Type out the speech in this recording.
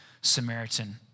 Samaritan